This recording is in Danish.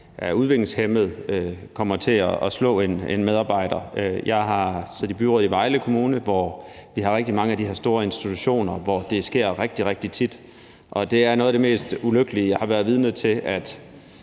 er udviklingshæmmet, kommer til at slå en medarbejder. Jeg har siddet i byrådet i Vejle Kommune, hvor vi har rigtig mange af de her store institutioner, hvor det sker rigtig, rigtig tit, og det er noget af det mest ulykkelige, jeg har været vidne til,